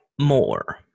more